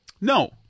No